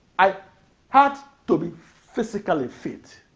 i had to be physically fit